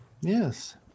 yes